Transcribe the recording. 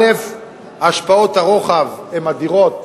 אין מספיק הרוגים.